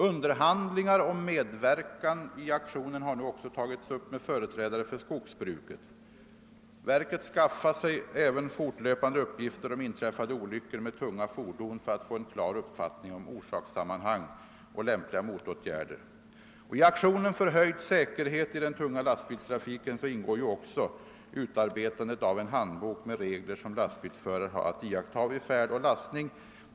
Underhandlingar om medverkan i aktionen har också tagits upp med företrädare för skogsbruket. Verket skaffar sig även fortlöpande uppgifter om inträffade olyckor med tunga fordon för att få en klar uppfattning om orsakssammanhang och lämpliga motåtgärder. I aktionen för höjd säkerhet i den tunga lastbilstrafiken ingår också utarbetandet av en handbok med regler som lastbilsförare har att iaktta vid färd och lastning.